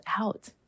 out